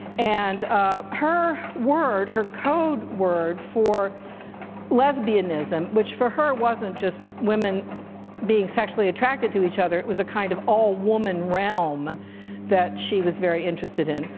and ah her word, her code word for lesbianism, which for her wasn't just women being sexually attracted to each other, it was a kind of all-woman realm that she was very interested in.